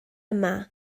yma